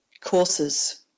Courses